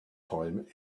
time